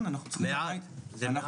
זה מעט.